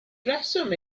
rheswm